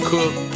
Cook